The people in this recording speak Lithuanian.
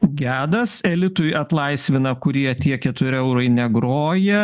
gedas elitui atlaisvina kurie tie keturi eurai negroja